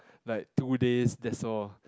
like two days that's all